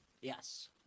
Yes